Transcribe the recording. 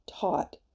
taught